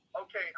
okay